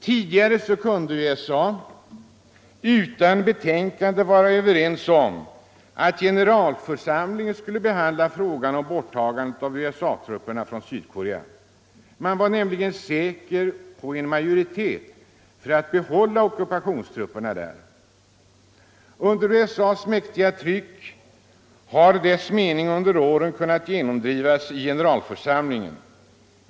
Tidigare kunde USA utan betänkande instämma i att generalförsamlingen skulle behandla frågan om borttagandet av USA-trupperna från Sydkorea. Man var nämligen säker på en majoritet för att få behålla ockupationsstyrkorna där. Under USA:s mäktiga tryck har dess mening under åren kunnat genomdrivas i generalförsamlingen.